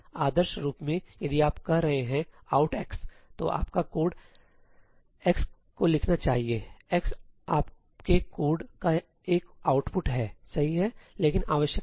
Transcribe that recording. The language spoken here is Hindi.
आदर्श रूप में यदि आप कह रहे हैं out x तो आपका कोड x को लिखना चाहिए x आपके कोड का एक आउटपुट है सही है लेकिन आवश्यक नहीं है